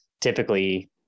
typically